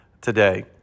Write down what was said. today